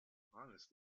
honest